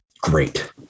great